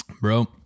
Bro